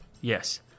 yes